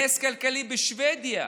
נס כלכלי בשבדיה,